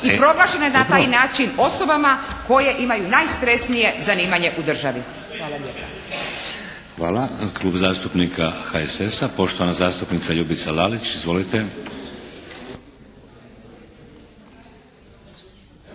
Dobro./ … na taj način osobama koje imaju najstresnije zanimanje u državi. Hvala lijepa. **Šeks, Vladimir (HDZ)** Hvala. Klub zastupnika HSS-a poštovana zastupnica Ljubica Lalić. Izvolite.